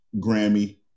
Grammy